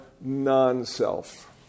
non-self